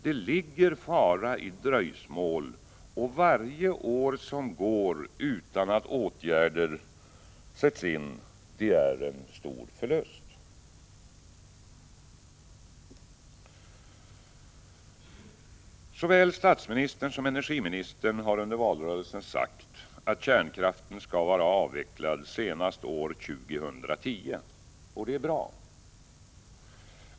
Här ligger fara i dröjsmål, och varje år som går utan att åtgärder sätts in innebär en stor förlust. Såväl statsministern som energiministern har under valrörelsen sagt att kärnkraften skall vara avvecklad senast år 2010, och det är bra.